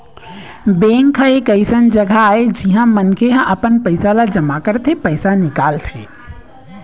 bank ह एक अइसन जघा आय जिहाँ मनखे ह अपन पइसा ल जमा करथे, पइसा निकालथे